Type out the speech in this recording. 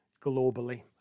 globally